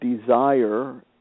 desire